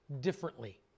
differently